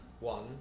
One